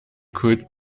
could